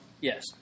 yes